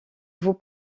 vos